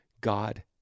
God